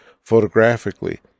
photographically